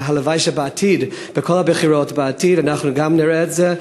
והלוואי שבכל הבחירות בעתיד אנחנו גם נראה את זה,